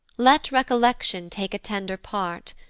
let recollection take a tender part,